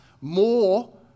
more